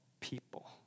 people